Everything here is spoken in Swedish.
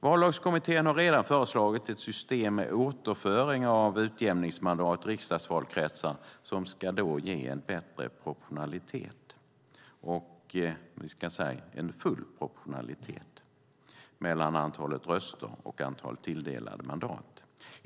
Vallagskommittén har redan föreslagit ett system med återföring av utjämningsmandat i riksdagsvalkretsar som ska ge full proportionalitet mellan antalet röster och antalet tilldelade mandat.